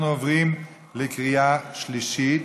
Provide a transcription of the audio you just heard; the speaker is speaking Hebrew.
אנחנו עוברים לקריאה שלישית.